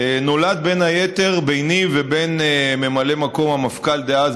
נולד ביני ובין ממלא מקום המפכ"ל דאז